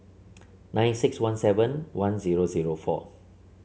nine six one seven one zero zero four